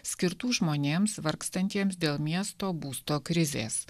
skirtų žmonėms vargstantiems dėl miesto būsto krizės